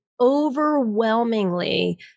overwhelmingly